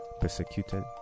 persecuted